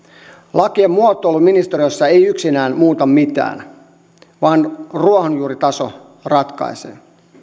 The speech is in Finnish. lakien muotoilu ministeriössä ei yksinään muuta mitään vaan ruohonjuuritaso ratkaisee